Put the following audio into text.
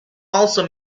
also